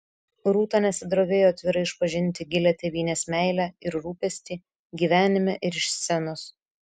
rūta nesidrovėjo atvirai išpažinti gilią tėvynės meilę ir rūpestį gyvenime ir iš scenos